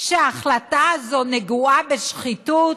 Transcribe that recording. שההחלטה הזאת נגועה בשחיתות?